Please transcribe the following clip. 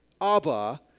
Abba